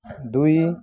दुई